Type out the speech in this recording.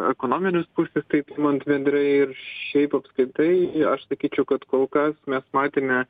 ekonominės pusės tai imant bendrai ir šiaip apskritai aš sakyčiau kad kol kas mes matėme